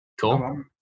Cool